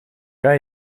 kan